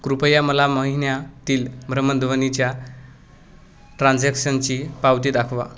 कृपया मला महिन्यातील भ्रमणध्वनीच्या ट्रान्झॅक्शनची पावती दाखवा